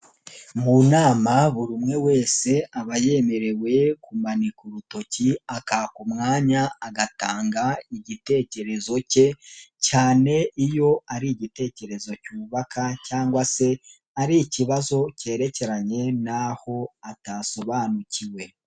Mu nama buri umwe wese aba yemerewe kumanika urutoki akaka umwanya agatanga igitekerezo cye cyane iyo ari igitekerezo cyubaka cyangwa se ari ikibazo cyerekeranye n'aho atasobanukiwe.